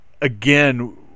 again